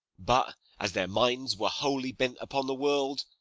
but as their minds were wholly bent upon the world,